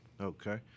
okay